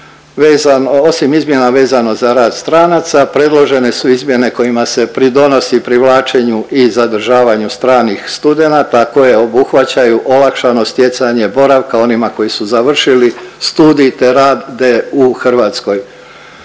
osim izmjena vezano za rad stranaca predložene su izmjene kojima se pridonosi privlačenju i zadržavanju stranih studenata koje obuhvaćaju olakšano stjecanje boravka onima koji su završili studij te rade u Hrvatskoj.